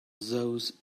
those